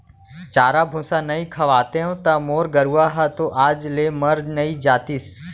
चारा भूसा नइ खवातेंव त मोर गरूवा ह तो आज ले मर नइ जातिस